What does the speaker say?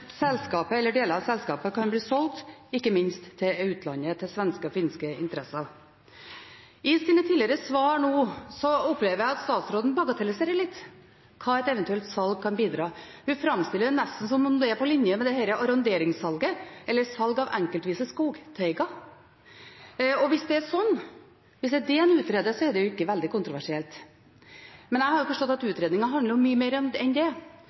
selskapet eller deler av selskapet kan bli solgt, ikke minst til utlandet – til svenske og finske interesser. I sine tidligere svar opplever jeg at statsråden bagatelliserer litt hva et eventuelt salg kan bidra til. Hun framstiller det nesten som om det er på linje med arronderingssalget eller salg av skogteiger enkeltvis. Hvis det er det en utreder, er det ikke veldig kontroversielt. Men jeg har forstått at utredningen handler om mye mer enn det.